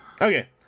Okay